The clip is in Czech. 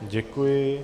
Děkuji.